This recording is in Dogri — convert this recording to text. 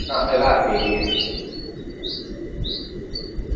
हां हजार रपेऽ बी ऐ